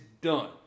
done